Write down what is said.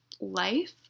life